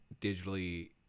digitally